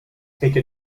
take